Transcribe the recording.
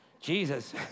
Jesus